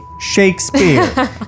Shakespeare